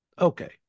Okay